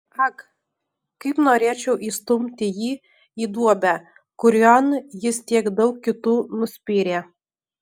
ak kaip norėčiau įstumti jį į duobę kurion jis tiek daug kitų nuspyrė